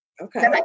Okay